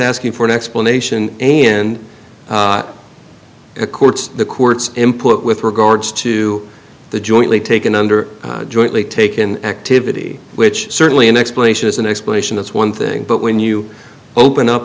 asking for an explanation and a court's the court's input with regards to the jointly taken under jointly taken activity which certainly an explanation is an explanation that's one thing but when you open up